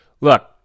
look